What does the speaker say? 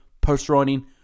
post-writing